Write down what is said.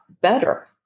better